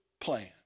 plan